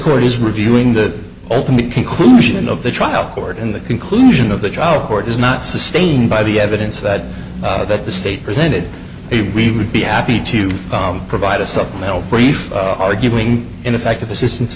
court is reviewing the ultimate conclusion of the trial court and the conclusion of the trial court is not sustained by the evidence that that the state presented we would be happy to provide a supplemental brief arguing ineffective assistance